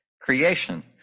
creation